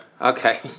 okay